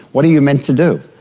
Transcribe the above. what are you meant to do?